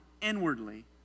inwardly